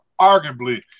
arguably